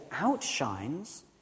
outshines